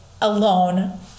alone